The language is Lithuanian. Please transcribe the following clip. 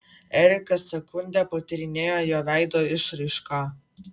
erika sekundę patyrinėjo jo veido išraišką